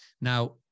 Now